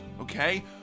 okay